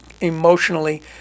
emotionally